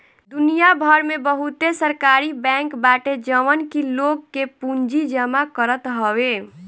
दुनिया भर में बहुते सहकारी बैंक बाटे जवन की लोग के पूंजी जमा करत हवे